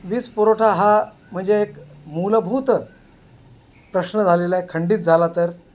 वीज पुरवठा हा म्हणजे एक मूलभूत प्रश्न झालेला आहे खंडित झाला तर